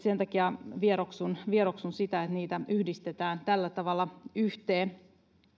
sen takia vieroksun vieroksun sitä että niitä yhdistetään tällä tavalla yhteen